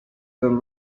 then